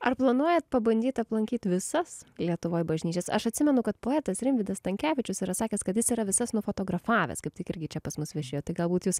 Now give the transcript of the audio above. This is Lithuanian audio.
ar planuojat pabandyt aplankyt visas lietuvoj bažnyčias aš atsimenu kad poetas rimvydas stankevičius yra sakęs kad jis yra visas nufotografavęs kaip tik irgi čia pas mus viešėjo tai galbūt jūs